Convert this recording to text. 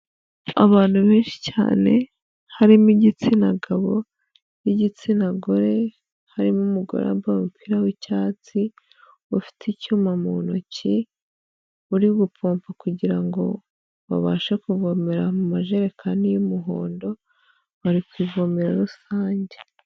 Abantu benshi cyane, harimo igitsina gabo n'igitsina gore, harimo umugore wambaye umupira w'icyatsi, ufite icyuma mu ntoki, uri gufomba kugira ngo babashe kuvomera mu majerekani y'umuhondo, bari kuvomera rusange.